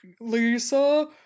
lisa